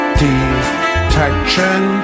detection